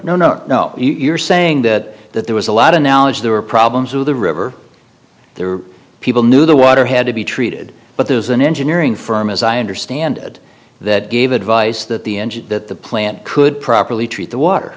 no no no no you're saying that that there was a lot of knowledge there were problems with the river there were people knew the water had to be treated but there was an engineering firm as i understand it that gave advice that the engine that the plant could properly treat the water